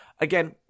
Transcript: Again